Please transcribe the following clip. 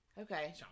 Okay